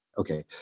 Okay